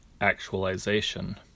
Actualization